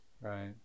Right